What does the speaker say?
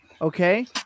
Okay